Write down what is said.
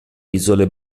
isole